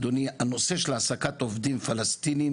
אדוני, הנושא של העסקת עובדים פלסטינים